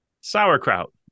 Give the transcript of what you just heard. sauerkraut